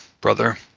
brother